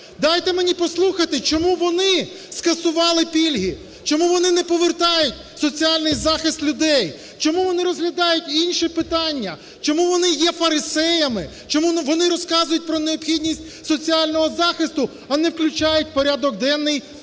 дайте мені послухати чому вони скасували пільги, чому вони не повертають соціальний захист людей, чому вони розглядають інші питання, чому вони є фарисеями, чому вони розказують про необхідність соціального захисту, а не включають в порядок денний